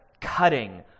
cutting